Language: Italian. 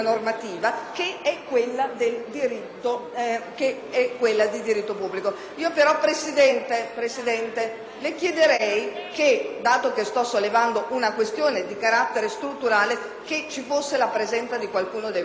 scusi, le chiederei, dato che sto sollevando una questione di carattere strutturale, che ci fosse la presenza di qualcuno nei banchi